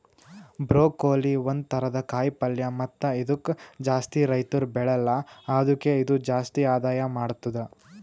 broccoli ಒಂದ್ ಥರದ ಕಾಯಿ ಪಲ್ಯ ಮತ್ತ ಇದುಕ್ ಜಾಸ್ತಿ ರೈತುರ್ ಬೆಳೆಲ್ಲಾ ಆದುಕೆ ಇದು ಜಾಸ್ತಿ ಆದಾಯ ಮಾಡತ್ತುದ